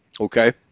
okay